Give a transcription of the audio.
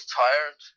tired